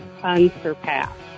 unsurpassed